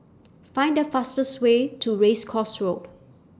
Find The fastest Way to Race Course Road